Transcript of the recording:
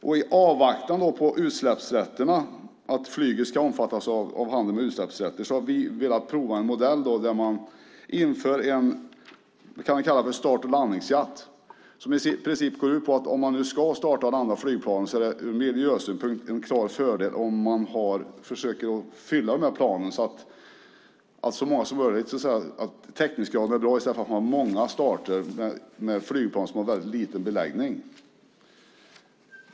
I avvaktan på att flyget ska omfattas av handel med utsläppsrätter har vi velat pröva en modell som innebär att man inför något som vi kan kalla start och landningsskatt. Den går i princip ut på att om man nu ska starta och landa flygplanen är det ur miljösynpunkt en klar fördel om man försöker fylla dessa plan, alltså att man har en bra täckningsgrad, i stället för att man har många starter av flygplan som har liten beläggning.